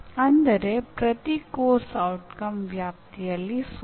ಆದರೆ ವಿನ್ಯಾಸ ಶಾಸ್ತ್ರ ಒಂದು ಪ್ರಿಸ್ಕ್ರಿಪ್ಟಿವ್ ಸ್ವರೂಪ